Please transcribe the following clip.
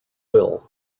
will